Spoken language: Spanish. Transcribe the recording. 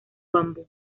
bambú